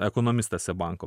ekonomistas seb banko